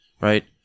right